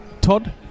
Todd